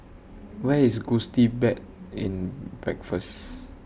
Where IS Gusti Bed and Breakfast